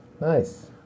Nice